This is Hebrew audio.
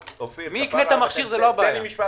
מי יקנה את המכשיר זו לא הבעיה.